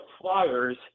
flyers